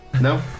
No